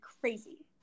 crazy